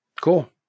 cool